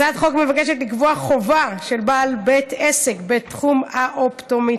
הצעת החוק מבקשת לקבוע חובה של בעל בית עסק בתחום האופטומטריה